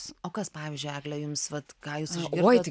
o kas pavyzdžiui egle jums vat ką jūs išgirdot